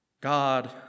God